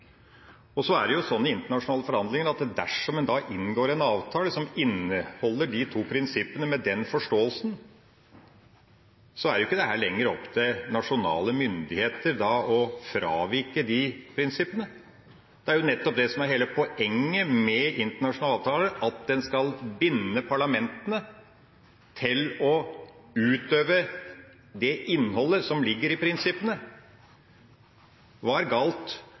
prinsippene, med den forståelsen, er det ikke lenger opp til nasjonale myndigheter å fravike de prinsippene. Det er jo nettopp det som er hele poenget med internasjonale avtaler, at en skal binde parlamentene til å utøve det innholdet som ligger i prinsippene. Hva er galt